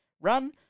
run